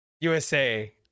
USA